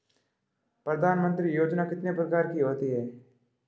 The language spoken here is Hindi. प्रधानमंत्री योजना कितने प्रकार की होती है?